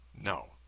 No